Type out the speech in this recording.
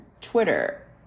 Twitter